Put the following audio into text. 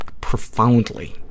profoundly